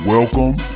Welcome